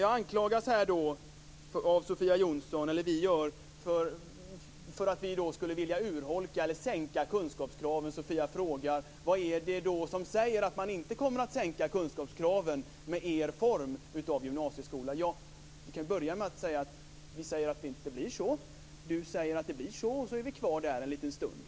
Vi anklagas av Sofia Jonsson för att vilja sänka kunskapskraven. Hon frågar: Vad är det som säger att man inte kommer att sänka kunskapskraven med er form av gymnasieskola? Ja, vi kan börja med att säga att det inte blir så. Sofia Jonsson säger att det blir så. Så är vi kvar där en liten stund.